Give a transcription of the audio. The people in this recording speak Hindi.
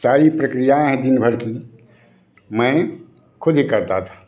सारी प्रक्रिया हैं दिन भर की मैं ख़ुद ही करता था